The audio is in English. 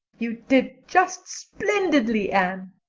you did just splendidly, anne,